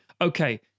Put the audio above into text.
okay